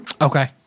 Okay